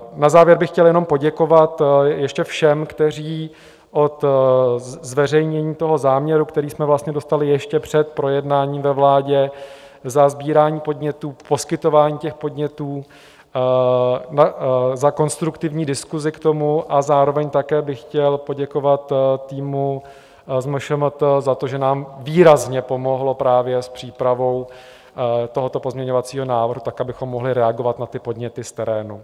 A na závěr bych chtěl jenom poděkovat ještě všem, kteří od zveřejnění toho záměru, který jsme vlastně dostali ještě před projednáním ve vládě, za sbírání podnětů, poskytování těch podnětů, za konstruktivní diskusi k tomu a zároveň také bych chtěl poděkovat týmu z MŠMT za to, že nám výrazně pomohl právě s přípravou tohoto pozměňovacího návrhu tak, abychom mohli reagovat na ty podněty z terénu.